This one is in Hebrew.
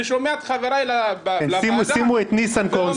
אני שומע את חבריי לוועדה --- שימו את ניסנקורן